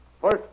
First